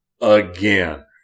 again